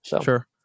Sure